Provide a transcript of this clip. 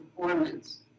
performance